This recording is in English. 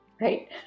right